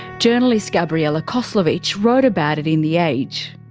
journalist gabriella coslovich wrote about it in the age.